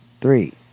three